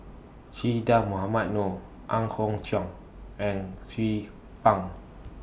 Che Dah Mohamed Noor Ang Hiong Chiok and Xiu Fang